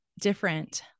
different